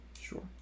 sure